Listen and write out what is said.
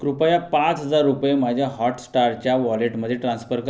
कृपया पाच हजार रुपये माझ्या हॉटस्टारच्या वॉलेटमध्ये ट्रान्स्फर कर